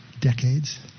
decades